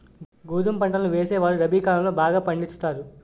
గోధుమ పంటలను వేసేవారు రబి కాలం లో బాగా పండించుతారు